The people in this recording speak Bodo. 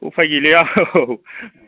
उफाय गैलिया औ